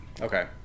okay